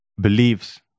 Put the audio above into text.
beliefs